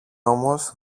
όμως